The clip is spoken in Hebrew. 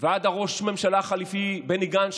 ועד ראש הממשלה החליפי בני גנץ,